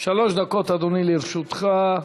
שלוש דקות, אדוני, לרשותך.